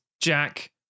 Jack